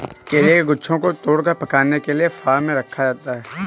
केले के गुच्छों को तोड़कर पकाने के लिए फार्म में रखा जाता है